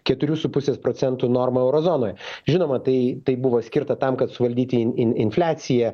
keturių su pusės procentų norma euro zonoje žinoma tai tai buvo skirta tam kad suvaldyti in in infliaciją